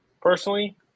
personally